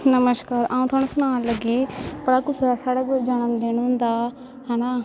नमस्कार अ'ऊं थुआनूं सनान लगी भला कुसै दा साढ़े कोई जन्मदिन होंदा है ना